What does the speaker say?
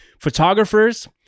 Photographers